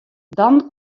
dan